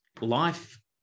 Life